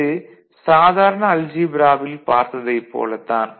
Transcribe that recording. இது சாதாரண அல்ஜீப்ராவில் பார்த்ததைப் போலத் தான்